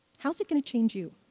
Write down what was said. how is it going to change you?